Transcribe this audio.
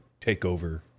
takeover